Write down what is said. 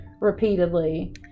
repeatedly